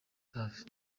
safi